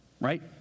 right